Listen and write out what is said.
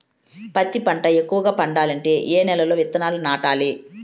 పత్తి పంట ఎక్కువగా పండాలంటే ఏ నెల లో విత్తనాలు నాటాలి?